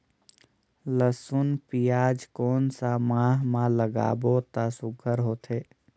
लसुन पियाज कोन सा माह म लागाबो त सुघ्घर होथे?